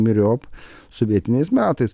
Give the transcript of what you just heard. myriop sovietiniais metais